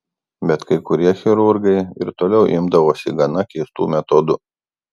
bet kai kurie chirurgai ir toliau imdavosi gana keistų metodų